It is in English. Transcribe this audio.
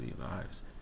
lives